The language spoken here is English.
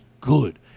good